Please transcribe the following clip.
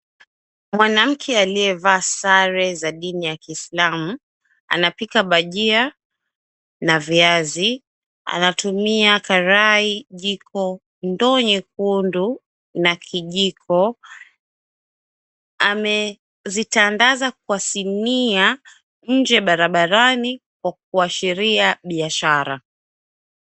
Mwanamke aliyevaa sare za dini ya kiislamu, anapika bajia na viazi anatumia karai, jiko, ndoo nyekundu na kijiko. Amezitandaza kwa sinia nje barabarani kwa kuashiria biashara.